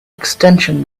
extension